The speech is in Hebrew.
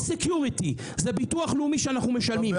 זה הביטוח הלאומי שאנחנו משלמים.